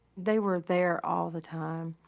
they were there all the time.